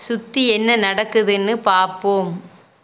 சுற்றி என்ன நடக்குதுன்னு பார்ப்போம்